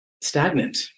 stagnant